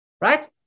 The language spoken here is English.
Right